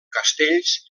castells